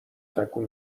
تکون